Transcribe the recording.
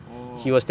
orh